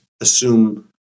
assume